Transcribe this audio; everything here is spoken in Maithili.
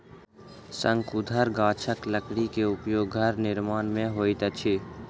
शंकुधर गाछक लकड़ी के उपयोग घर निर्माण में होइत अछि